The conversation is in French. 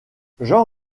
jean